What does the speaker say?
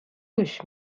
گوش